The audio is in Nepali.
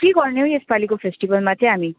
के गर्ने हौ यसपालिको फेस्टिभलमा चाहिँ हामी